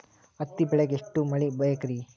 ಹತ್ತಿ ಬೆಳಿಗ ಎಷ್ಟ ಮಳಿ ಬೇಕ್ ರಿ?